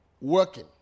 working